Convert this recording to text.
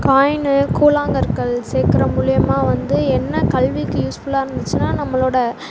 coin கூழாங்கற்கள் சேர்க்குற மூலமா வந்து என்ன கல்விக்கு யூஸ்ஃபுல்லாக இருந்துச்சுனா நம்மளோடய